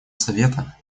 совета